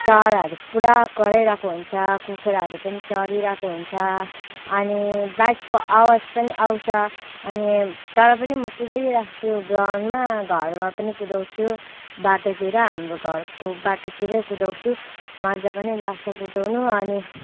चराहरू पुरा कराइरहेको हुन्छ कुखुराहरू पनि चरिरहेको हुन्छ अनि बाइकको आवाज पनि आउँछ अनि तर पनि म कुदाइरहन्छु ग्राउन्डमा घरमा पनि कुदाउँछु बाटोतिर हाम्रो घरको बाटोतिरै कुदाउँछु मजा पनि लाग्छ कुदाउनु अनि